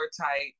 tight